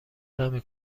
نمی